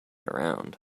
around